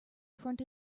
front